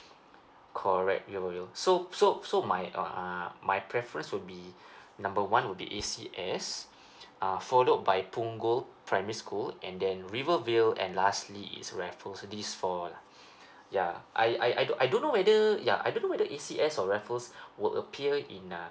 correct rivervale so so so my uh my preference would be number one would be E C S uh follow by punggol primary school and then rivervale and lastly is raffles these four lah yeuh I I I don't I don't know whether ya I don't know whether E C S or raffles were appeared in uh